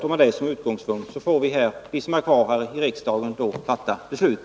Med det som utgångspunkt får riksdagen sedan fatta beslut.